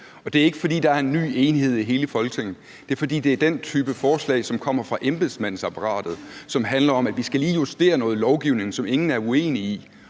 det er ikke, fordi der er en ny enhed i hele Folketinget; det er, fordi det er den type forslag, som kommer fra embedsmandsapparatet, og som handler om, at vi lige skal justere noget lovgivning, som ingen er uenig i,